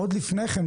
עוד לפני כן,